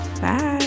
Bye